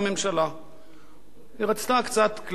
היא רצתה קצת כלי תקשורת מחמד,